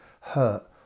hurt